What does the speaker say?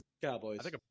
Cowboys